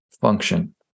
function